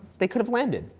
they could have landed.